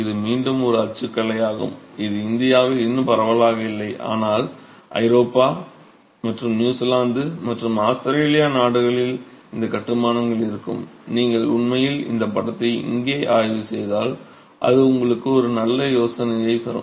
இது மீண்டும் ஒரு அச்சுக்கலை ஆகும் இது இந்தியாவில் இன்னும் பரவலாக இல்லை ஆனால் ஐரோப்பா மற்றும் நியூசிலாந்து மற்றும் ஆஸ்திரேலியா நாடுகளில் இந்த கட்டுமானங்கள் இருக்கும் நீங்கள் உண்மையில் இந்த படத்தை இங்கே ஆய்வு செய்தால் அது உங்களுக்கு ஒரு நல்ல யோசனையைத் தரும்